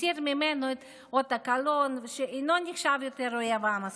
מסיר ממנו את אות הקלון ושאינו נחשב יותר לאויב העם הסובייטי.